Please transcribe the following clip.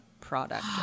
product